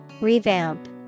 Revamp